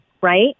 right